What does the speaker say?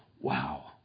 Wow